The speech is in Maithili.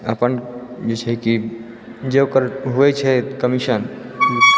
अपन जे छै कि जे ओकर होइ छै कमीशन ओ